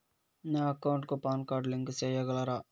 నా అకౌంట్ కు పాన్ కార్డు లింకు సేయగలరా?